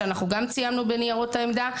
שגם ציינו בניירות העמדה,